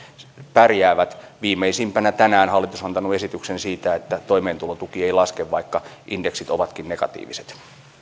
pärjäävät viimeisimpänä tänään hallitus on antanut esityksen siitä että toimeentulotuki ei laske vaikka indeksit ovatkin negatiiviset